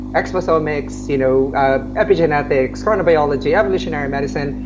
expletomics, you know ah epigenetics, chronobiology, evolutionary medicine.